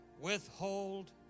Withhold